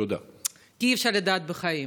אי-אפשר לדעת בחיים.